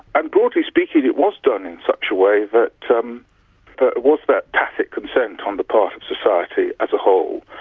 ah broadly speaking it was done in such a way that there um but was that tacit consent on the part of society as a whole,